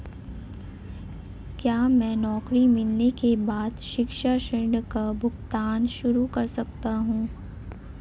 क्या मैं नौकरी मिलने के बाद शिक्षा ऋण का भुगतान शुरू कर सकता हूँ?